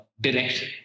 direct